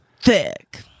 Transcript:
Thick